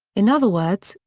in other words,